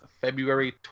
February